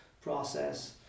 process